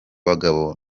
bagabo